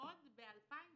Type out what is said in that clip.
עוד ב-2015